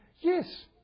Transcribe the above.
yes